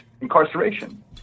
incarceration